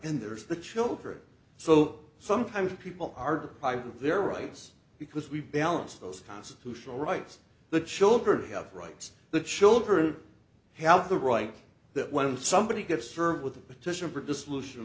and there's the children so sometimes people are deprived of their rights because we balance those constitutional rights the children have rights the children have the right that one of somebody gets served with a petition for dissolution of